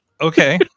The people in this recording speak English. Okay